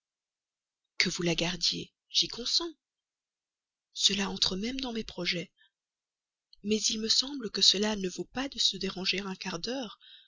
que vous la gardiez j'y consens cela entre même dans mes projets mais il me semble que cela ne vaut pas de se déranger un quart d'heure